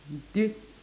do yo~